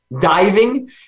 diving